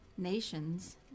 nations